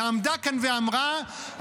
היא עמדה כאן ואמרה,